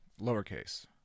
lowercase